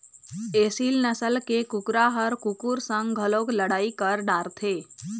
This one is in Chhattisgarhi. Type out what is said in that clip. एसील नसल के कुकरा ह कुकुर संग घलोक लड़ई कर डारथे